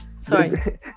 sorry